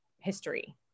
history